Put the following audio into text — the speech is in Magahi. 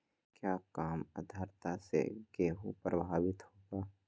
क्या काम आद्रता से गेहु प्रभाभीत होगा?